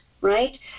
right